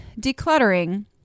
decluttering